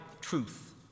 truth